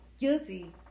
guilty